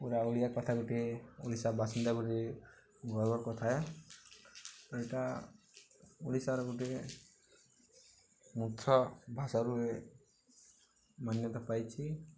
ପୁରା ଓଡ଼ିଆ କଥା ଗୁଟେ ଓଡ଼ିଶା ବାସିନ୍ଦା ଗୋଟେ ଗର୍ବର୍ କଥା ଏ ଇଟା ଓଡ଼ିଶାର୍ ଗୁଟେ ମୁଖ୍ୟ ଭାଷାର ମାନ୍ୟତା ପାଇଛିି